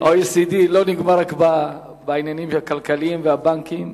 OECD לא נגמר רק בעניינים הכלכליים ובבנקים,